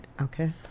okay